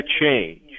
change